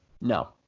No